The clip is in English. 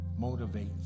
motivates